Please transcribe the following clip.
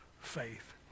faith